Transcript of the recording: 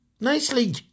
Nicely